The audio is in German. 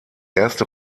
erste